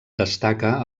destaca